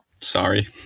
Sorry